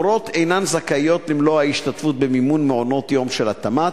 מורות אינן זכאיות למלוא ההשתתפות במימון מעונות יום של התמ"ת,